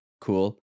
cool